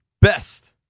best